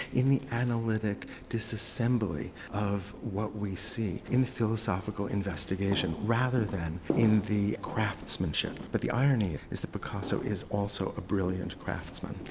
in the analytic disassembly of what we see in the philosophical investigation, rather than in the craftsmanship. but the irony is that picasso is also a brilliant craftsman.